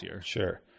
sure